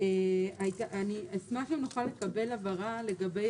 אני אשמח גם אם אוכל לקבל הבהרה לגבי